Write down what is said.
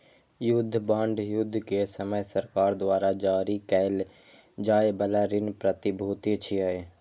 युद्ध बांड युद्ध के समय सरकार द्वारा जारी कैल जाइ बला ऋण प्रतिभूति छियै